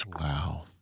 Wow